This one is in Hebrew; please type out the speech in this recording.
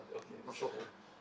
זה משהו אחר.